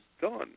done